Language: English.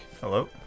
hello